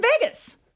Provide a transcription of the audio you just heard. Vegas